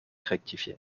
rectifié